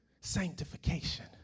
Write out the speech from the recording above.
sanctification